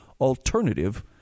alternative